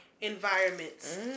environments